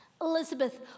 Elizabeth